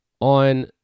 On